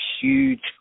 huge